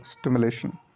stimulation